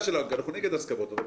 הסעיף.